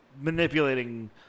manipulating